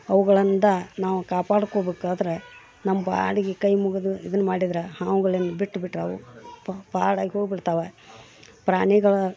ಅವ್ಗಳಿಂದ ನಾವು ಕಾಪಾಡ್ಕೋಬೇಕಾದ್ರೆ ನಮ್ಮ ಪಾಡಿಗೆ ಕೈ ಮುಗಿದು ಇದನ್ನು ಮಾಡಿದ್ರೆ ಹಾವುಗಳನ್ನು ಬಿಟ್ಟು ಬಿಟ್ಟರೆ ಅವು ಪಾಡಾಗಿ ಹೋಗ್ಬಿಡ್ತಾವೆ ಪ್ರಾಣಿಗಳು